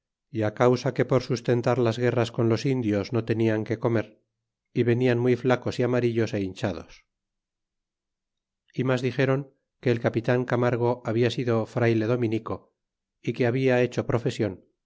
y causa que por sustentar las guerras con los indios no tenian que comer y venian muy flacos y amarillos a hinchados y mas dixéron que el capital camargo habla sido frayle dominico a que habia hecho profesion